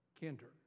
Kinder